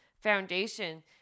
foundation